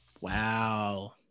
Wow